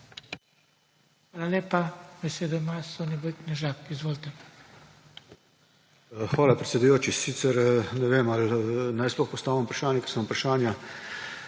Hvala, predsedujoči. Sicer ne vem, ali naj sploh postavim vprašanje, vprašanja